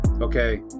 okay